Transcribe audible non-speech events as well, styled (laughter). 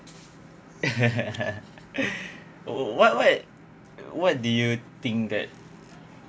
(laughs) what what what do you think that